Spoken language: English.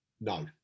No